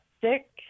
sick